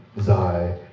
Zai